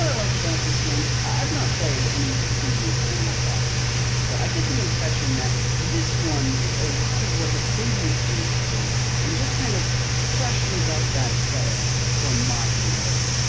and like about this game? i've not played any of the previous animal crossing games but i get the impression that this one takes a lot of what the previous games did and just kind of freshens up that aesthetic for a modern era.